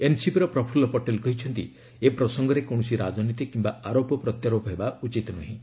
ଏନ୍ସିପିର ପ୍ରଫୁଲ୍ଲ ପଟେଲ କହିଛନ୍ତି ଏ ପ୍ରସଙ୍ଗରେ କୌଣସି ରାଜନୀତି କମ୍ଘା ଆରୋପ ପ୍ରତ୍ୟାରୋପ ହେବା ଉଚିତ ନୁହେଁ